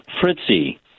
Fritzy